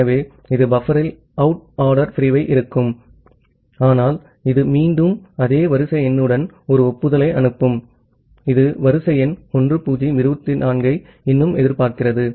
ஆகவே இது பஃப்பரில் அவுட் ஆர்டர் பிரிவை வைக்கும் ஆனால் இது மீண்டும் அதே வரிசை எண்ணுடன் ஒரு ஒப்புதலை அனுப்பும் இது வரிசை எண் 1024 ஐ இன்னும் எதிர்பார்க்கிறது